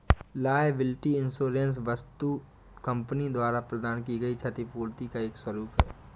liability insurance वस्तुतः company द्वारा प्रदान की गई क्षतिपूर्ति का एक स्वरूप है